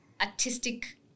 artistic